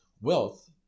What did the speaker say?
wealth